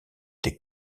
des